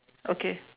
okay